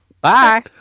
Bye